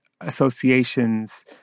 associations